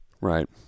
Right